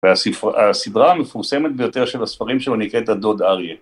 והסדרה המפורסמת ביותר של הספרים שלו נקראת הדוד אריה.